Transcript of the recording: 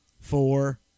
four